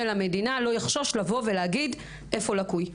המדינה לא יחשוש לבוא ולהגיד איפה לקוי.